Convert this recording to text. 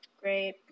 Great